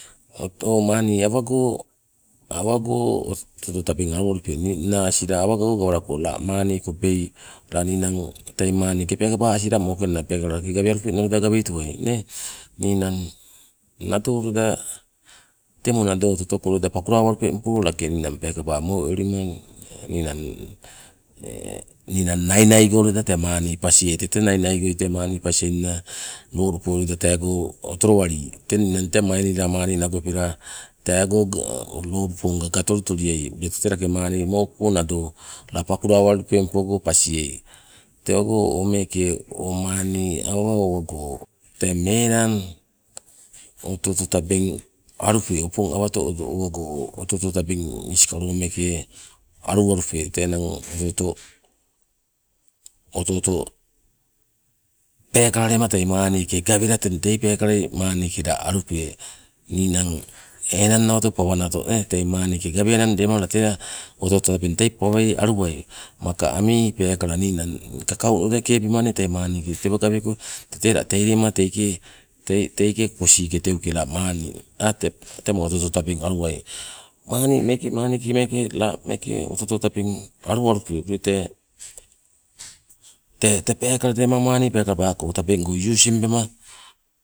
O maani awago, awago la oto oto tabeng aluwalupe, ningna asila awago gawalako la maani kobei la ninang tei maani ke peekaba asila mokenna lake gawealupenna gaweitowai nee. Ninang nado loida temo nado oto oto ko loida pakulawalupengpo lake ninang peekaba mo eulima ninang nainaigo loida tee maani pasieai tete nainaigoi tee maani pasieinna lolupo loida teego otolowali, teng tete ninang mainila maani nagopela teego loluponga gatoli toliai, ule tete lake maani mokopo nado la pakulawalupengpogo pasiei. Tewago o meeke maani awa owago tee melang oto oto tabeng alupe opong awato owago oto oto tabeng iskalo meeke aluwalupe tee enang oto oto, oto oto peekala lema tei maani ke gawela teng tei peekalai la maani ke alupe, ninang enang nawato pawa nawato tei maani ke gaweainang oto oto tabeng tei pawai aluwai maka ami peekala ninang kakau loida keebema tei maani ke tewa leko gaweko la tei kosii ke teuke la maani temo oto oto tabeng aluwai. Maani ke meeke, maani meeke la oto oto tabeng aluwalupe ule tee- tee lema manni peekabako tabeng go using bema,